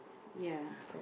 ya